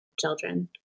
children